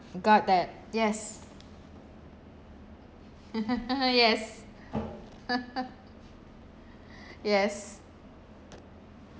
got that yes yes yes